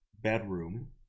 bedroom